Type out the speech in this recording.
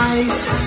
ice